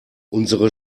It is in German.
unsere